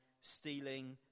stealing